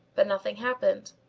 but nothing happened.